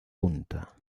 punta